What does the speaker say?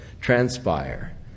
transpire